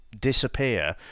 disappear